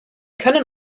können